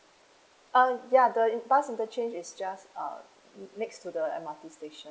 uh ya the in~ bus interchange is just uh next to the M_R_T station